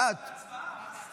-- אם הוא צריך לחשוף דברים.